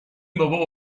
بابا